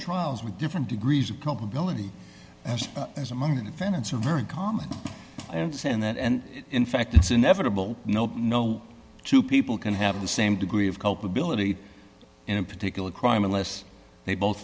trials with different degrees of culpability as well as among the defendants are very uncommon i understand that and in fact it's inevitable nope no two people can have the same degree of culpability in a particular crime unless they both